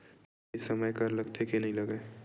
के समय कर लगथे के नइ लगय?